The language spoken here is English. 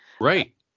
right